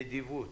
נדיבות,